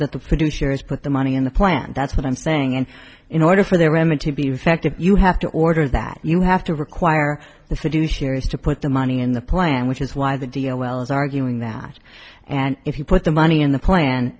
that the producers put the money in the plant that's what i'm saying and in order for their image to be affected you have to order that you have to require the fiduciary to put the money in the plan which is why the d l l is arguing that and if you put the money in the plan